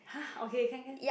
!huh! okay can can